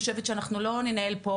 שאני פשוט לא ראיתי את הנוהל שפורסם.